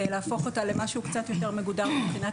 להפוך אותה למשהו קצת יותר מגודר מבחינת